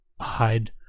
hide